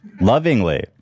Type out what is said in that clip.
lovingly